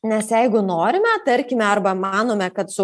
nes jeigu norime tarkime arba manome kad su